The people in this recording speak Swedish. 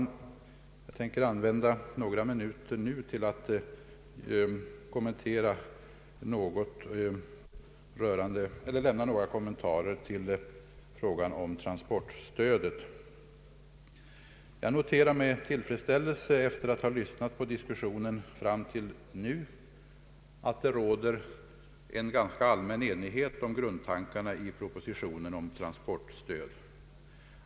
Jag tänker använda några minuter till att lämna några kommentarer till frågan om transportstödet. Efter att ha lyssnat på diskussionen noterar jag med tillfredsställelse att det råder en ganska allmän enighet om grundtankarna i propositionen om transportstöd.